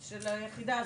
של היחידה הזאת.